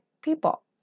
people